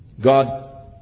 God